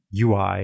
UI